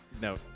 No